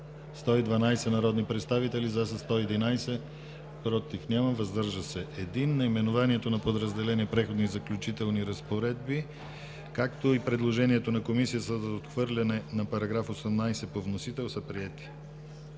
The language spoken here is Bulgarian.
112 народни представители: за 111, против няма, въздържал се 1. Наименованието на подразделението „Преходни и заключителни разпоредби“, както и предложението на Комисията за отхвърляне на § 18 по вносител, са приети.